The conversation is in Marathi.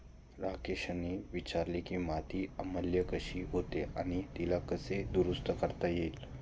राकेशने विचारले की माती आम्लीय कशी होते आणि तिला कसे दुरुस्त करता येईल?